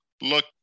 look